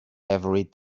every